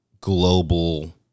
global